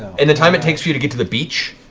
in the time it takes for you to get to the beach,